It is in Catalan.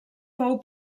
fou